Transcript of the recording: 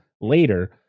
later